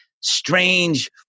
strange